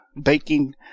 baking